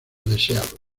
deseado